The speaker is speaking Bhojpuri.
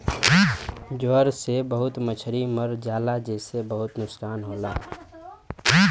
ज्वर से बहुत मछरी मर जाला जेसे बहुत नुकसान होला